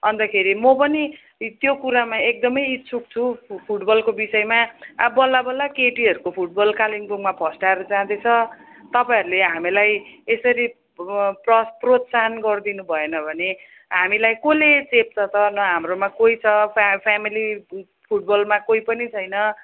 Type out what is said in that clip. अन्तखेरि म पनि त्यो कुरामा एकदम इच्छुक छु फुटबलको विषयमा अब बल्ला बल्ला केटीहरूको फुट बल कालिम्पोङमा फस्टाएर जाँदैछ तपाईँहरूले हामीहरूलाई यसरी प्रोत प्रोत्साहन गरिदिनु भएन भने हामीलाई कसले चेप्च सर न हाम्रोमा कोही छ फ्यामिली फुटबलमा कोही पनि छैन